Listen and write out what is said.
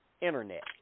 internet